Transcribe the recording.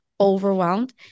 overwhelmed